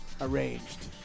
arranged